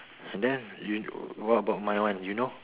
and then you what about my one you know